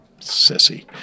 Sissy